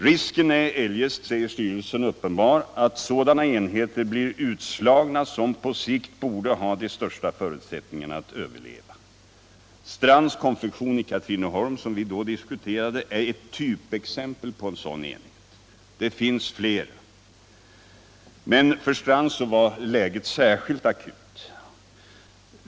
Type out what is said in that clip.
Risken är eljest uppenbar, säger styrelsen, att sådana enheter blir utslagna som på sikt borde ha de största förutsättningarna att överleva. Strands Konfektion i Katrineholm, som vi då diskuterade, är ett typexempel på en sådan enhet. Det finns fler. men för Strands var läget särskilt akut.